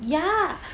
ya